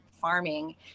farming